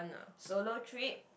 solo trip